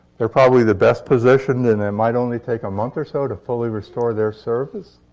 they're probably the best position, and they might only take a month or so to fully restore their service.